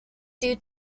due